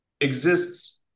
exists